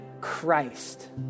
Christ